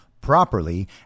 properly